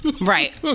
Right